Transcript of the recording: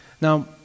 Now